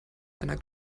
einer